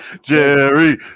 Jerry